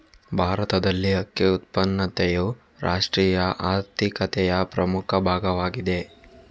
ಭಾರತದಲ್ಲಿ ಅಕ್ಕಿ ಉತ್ಪಾದನೆಯು ರಾಷ್ಟ್ರೀಯ ಆರ್ಥಿಕತೆಯ ಪ್ರಮುಖ ಭಾಗವಾಗಿದೆ